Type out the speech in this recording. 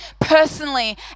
personally